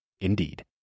Indeed